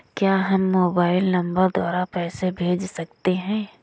क्या हम mobile number द्वारा पैसे भेज सकते हैं?